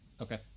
Okay